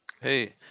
Hey